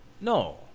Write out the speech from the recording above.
No